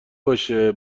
باشه